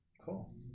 Cool